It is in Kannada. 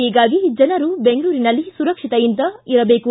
ಹೀಗಾಗಿ ಜನರು ಬೆಂಗಳೂರಿನಲ್ಲಿ ಸುರಕ್ಷತೆಯಿಂದ ಇರಬೇಕು